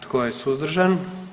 Tko je suzdržan?